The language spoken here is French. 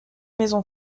maison